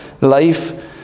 life